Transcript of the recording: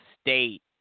state